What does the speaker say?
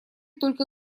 только